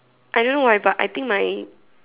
I don't know why but I think my